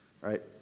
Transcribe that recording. right